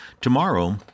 Tomorrow